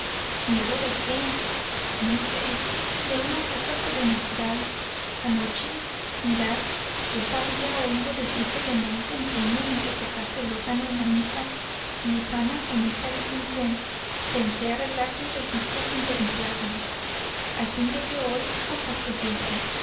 miedo de qué no sé de una cosa sobrenatural anoche mirad yo os había oído decir que teníais empeño en que tocase el órgano en la misa y ufana con esta distinción pensé arreglar sus registros y templarle á fin de que hoy os sorprendiese